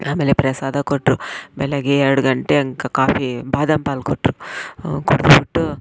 ಆಮೇಲೆ ಪ್ರಸಾದ ಕೊಟ್ಟರು ಬೆಳಗ್ಗೆ ಎರ್ಡು ಗಂಟೆ ಹಂಗೆ ಕಾಫಿ ಬಾದಾಮ್ ಹಾಲು ಕೊಟ್ಟರು ಕುಡಿದು ಬಿಟ್ಟು